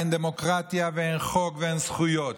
אין דמוקרטיה ואין חוק ואין זכויות.